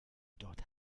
dort